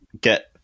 get